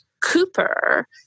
Cooper